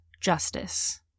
justice